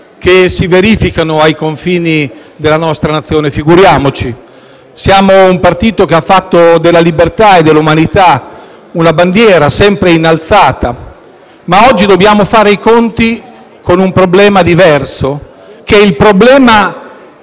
che si verificano ai confini della nostra nazione (figuriamoci). Siamo un partito che ha fatto della libertà e dell'umanità una bandiera sempre innalzata. Ma oggi dobbiamo fare i conti con un problema diverso: il problema